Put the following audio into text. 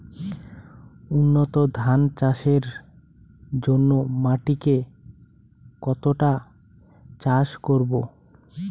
উন্নত ধান চাষের জন্য মাটিকে কতটা চাষ করব?